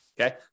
okay